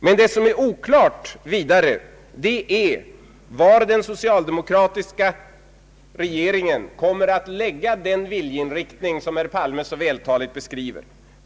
Men det som är oklart är var den socialdemokratiska regeringen kommer att lägga den viljeinriktning som herr Palme så vältaligt beskriver.